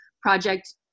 project